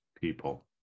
people